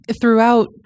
Throughout